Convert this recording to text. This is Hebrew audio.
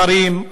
אם שרים,